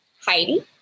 Heidi